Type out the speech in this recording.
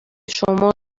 شما